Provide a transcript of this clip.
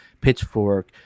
Pitchfork